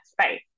space